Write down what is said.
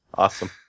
Awesome